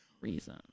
reason